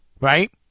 right